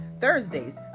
thursdays